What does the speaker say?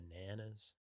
bananas